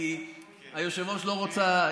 כי היושבת-ראש לא רוצה,